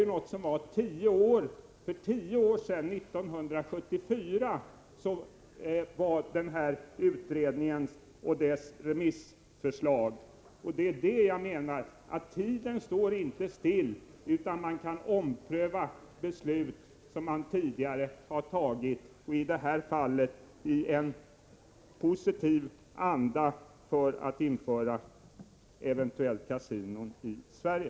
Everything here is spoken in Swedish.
Den remissbehandlingen skedde emellertid 1974, alltså för tio år sedan. Tiden står inte stilla, utan man kan ompröva beslut som man tidigare har fattat. I detta fall bör det ske i en positiv anda, så att man kan starta kasinon i Sverige.